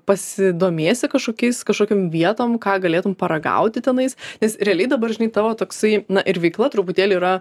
pasidomėsi kažkokiais kažkokiom vietom ką galėtum paragauti tenais nes realiai dabar žinai tavo toksai na ir veikla truputėlį yra